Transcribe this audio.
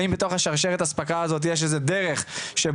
האם בתוך השרשרת אספקה הזו יש איזו דרך שבה